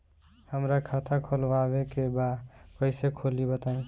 हमरा खाता खोलवावे के बा कइसे खुली बताईं?